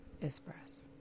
express